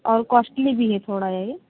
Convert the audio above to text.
और कॉस्ट्ली भी है थोड़ा ये